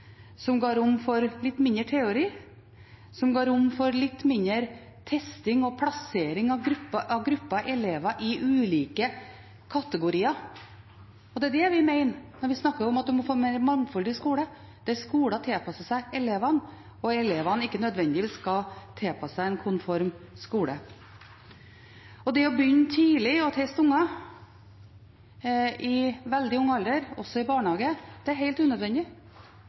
som ga rom for litt mindre teori, og som ga rom for litt mindre testing og plassering av grupper elever i ulike kategorier. Det er det vi mener når vi snakker om at en må få en mer mangfoldig skole, der skolen tilpasser seg elevene og elevene ikke nødvendigvis skal tilpasse seg en konform skole. Det å begynne å teste unger tidlig, i veldig ung alder, også i barnehage, er helt unødvendig.